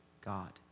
god